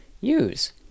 use